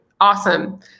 Awesome